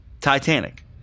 Titanic